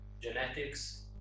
Genetics